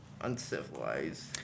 Uncivilized